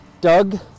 Doug